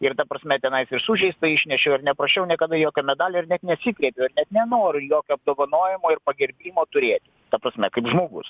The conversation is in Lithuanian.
ir ta prasme tenais ir sužeistą išnešiau ir neprašiau niekada jokio medalio ir net nesikreipiau ir net nenoriu jokio apdovanojimo ir pagerbimo turėti ta prasme kaip žmogus